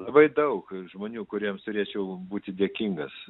labai daug žmonių kuriems turėčiau būti dėkingas